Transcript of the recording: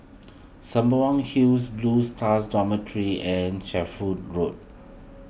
Sembawang Hills Blue Stars Dormitory and Shenvood Road